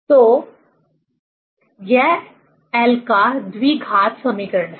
तो यह l का द्विघात समीकरण है